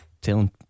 Telling